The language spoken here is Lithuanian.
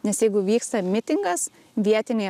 nes jeigu vyksta mitingas vietiniai